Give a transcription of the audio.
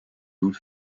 doet